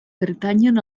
pertanyen